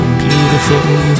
beautiful